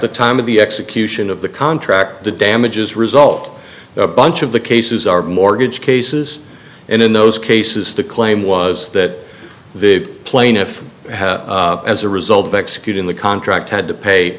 the time of the execution of the contract the damages result a bunch of the cases are mortgage cases and in those cases the claim was that the plaintiff as a result of executing the contract had to pay